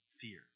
fear